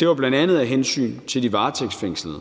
det var bl.a. af hensyn til de varetægtsfængslede.